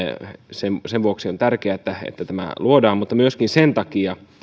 sen sen vuoksi on tärkeätä että tämä luodaan mutta myöskin sen takia